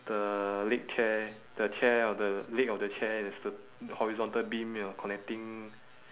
the leg chair the chair of the leg of the chair there's the horizontal beam ya connecting